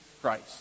Christ